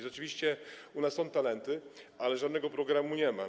Rzeczywiście u nas są talenty, ale żadnego programu nie ma.